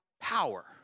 power